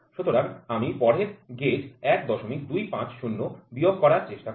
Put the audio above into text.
সুতরাং আমি পরের গেজ ১২৫০ বিয়োগ করার চেষ্টা করি